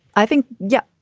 i think. yeah,